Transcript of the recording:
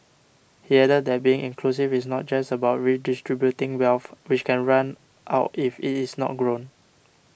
he added that being inclusive is not just about redistributing wealth which can run out if it is not grown